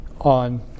on